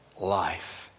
life